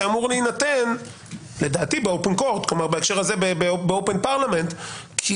אמור להינתן בהקשר הזה בפרלמנט פתוח כי